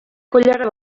koilara